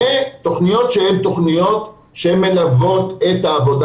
ותכניות שהן תכניות שמלוות את העבודה